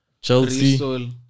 Chelsea